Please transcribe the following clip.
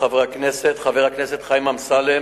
2009 חולל קברו של התנא רבן שמעון בן גמליאל בפאתי כפר-כנא.